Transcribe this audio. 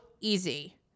easy